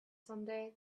someday